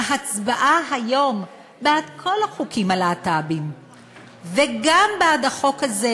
ההצבעה היום בעד כל החוקים ללהט"בים וגם בעד החוק הזה,